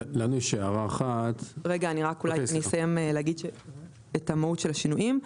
אני רק אסיים להגיד את המהות של השינויים.